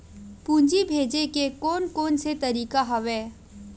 पूंजी भेजे के कोन कोन से तरीका हवय?